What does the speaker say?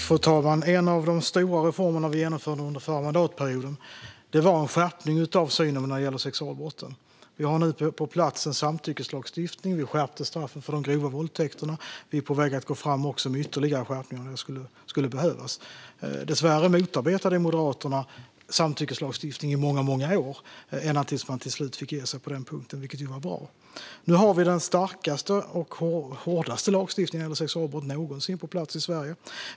Fru talman! En av de stora reformer som vi genomförde under förra mandatperioden var en skärpning av synen på sexualbrotten. Vi har nu en samtyckeslagstiftning på plats, vi skärpte straffen för de grova våldtäkterna och vi är på väg att gå fram med ytterligare skärpningar om det skulle behövas. Dessvärre motarbetade Moderaterna samtyckeslagstiftningen i många, många år ända tills man till slut fick ge sig på den punkten, vilket ju var bra. Nu har vi den starkaste och hårdaste lagstiftningen när det gäller sexualbrott någonsin i Sverige.